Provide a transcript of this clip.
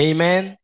Amen